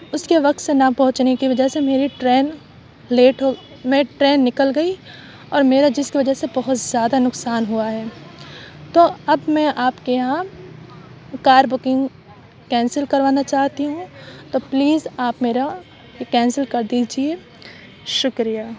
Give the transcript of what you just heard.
اس کے وقت سے نہ پہنچنے کی وجہ سے میری ٹرین لیٹ ہو میری ٹرین نکل گئی اور میرا جس کی وجہ سے بہت زیادہ نقصان ہوا ہے تو اب میں آپ کے یہاں کار بکنگ کینسل کروانا چاہتی ہوں تو پلیز آپ میرا یہ کینسل کر دیجیے شکریہ